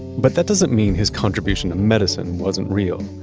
but that doesn't mean his contribution to medicine wasn't real.